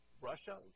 Russia